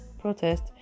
protest